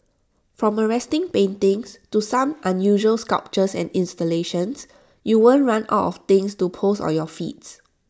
from arresting paintings to some unusual sculptures and installations you won't run out of things to post on your feeds